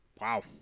Wow